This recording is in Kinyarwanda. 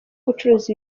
gucuruza